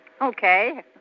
Okay